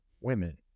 women